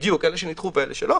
בדיוק אלה שנדחו ואלה שלא.